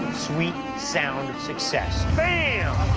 sweet sound of success. bam!